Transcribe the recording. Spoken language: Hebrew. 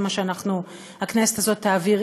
זה מה שהכנסת הזאת תעביר,